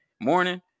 morning